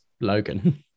logan